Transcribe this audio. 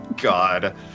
God